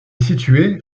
située